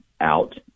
out